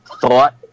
thought